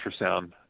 ultrasound